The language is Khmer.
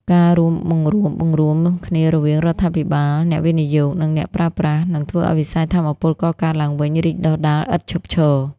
ការរួមបង្រួបបង្រួមគ្នារវាងរដ្ឋាភិបាល អ្នកវិនិយោគ និងអ្នកប្រើប្រាស់ នឹងធ្វើឱ្យវិស័យថាមពលកកើតឡើងវិញរីកដុះដាលឥតឈប់ឈរ។